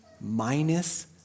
minus